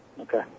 Okay